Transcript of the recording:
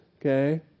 okay